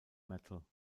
metal